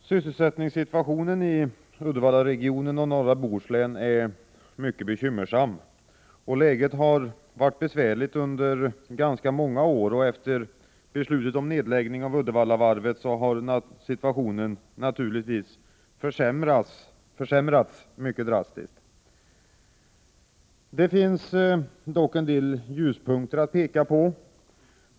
Herr talman! Sysselsättningssituationen i Uddevallaregionen och i norra Bohuslän är mycket bekymmersam. Läget har varit besvärligt under ganska många år, och efter beslutet om nedläggning av Uddevallavarvet har situationen naturligtvis försämrats mycket drastiskt. Det finns dock en del ljuspunkter att peka på.